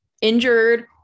injured